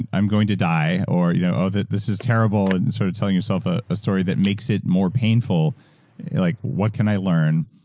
i'm going to die or you know oh, this is terrible and and sort of telling yourself a story that makes it more painful, like what can i learn,